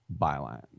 Byline